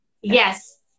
Yes